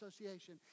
Association